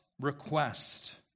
request